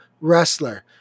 wrestler